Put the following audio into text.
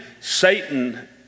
Satan